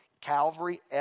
Calvary